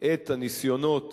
את הניסיונות